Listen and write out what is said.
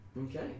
Okay